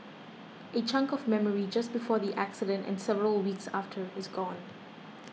a chunk of memory just before the accident and several weeks after is gone